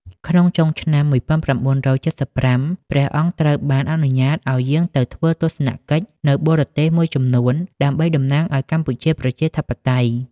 ក្នុងចុងឆ្នាំ១៩៧៥ ព្រះអង្គត្រូវបានអនុញ្ញាតឱ្យយាងទៅធ្វើទស្សនកិច្ចនៅបរទេសមួយចំនួនដើម្បីតំណាងឱ្យកម្ពុជាប្រជាធិបតេយ្យ។